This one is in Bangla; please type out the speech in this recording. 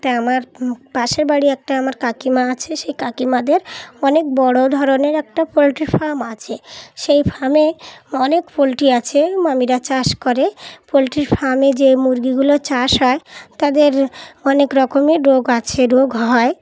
তা আমার পাশের বাড়ি একটা আমার কাকিমা আছে সেই কাকিমাদের অনেক বড়ো ধরনের একটা পোলট্রি ফার্ম আছে সেই ফার্মে অনেক পোলট্রি আছে মামিরা চাষ করে পোলট্রি ফার্মে যে মুরগিগুলো চাষ হয় তাদের অনেক রকমই রোগ আছে রোগ হয়